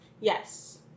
yes